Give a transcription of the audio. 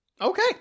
Okay